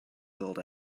build